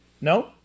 No